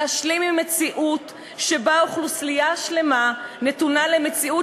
להשלים עם מציאות שבה אוכלוסייה שלמה נתונה למציאות